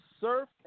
Surf